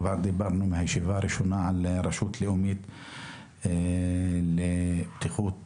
כבר דיברנו מן הישיבה הראשונה על רשות לאומית לבטיחות בעבודה.